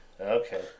Okay